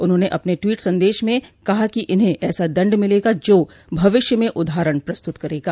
उन्होंने अपने ट्वीट संदेश में उन्होंने कहा कि इन्हें ऐसा दंड मिलेगा जो भविष्य में उदाहरण प्रस्तुत करेगा